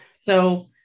So-